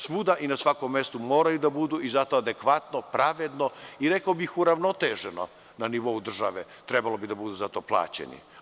Svuda i na svakom mestu moraju da budu adekvatno, pravedno i, rekao bih, uravnoteženo na nivou države za to plaćeni.